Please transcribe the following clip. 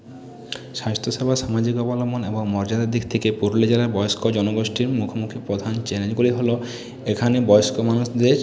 সাহিত্যসভা ও সামাজিক অবলম্বন এবং মর্যাদার দিক থেকে পুরুলিয়া জেলার বয়স্ক জনগোষ্ঠীর মুখোমুখি প্রধান চ্যলেঞ্জগুলি হল এখানে বয়স্ক মানুষদের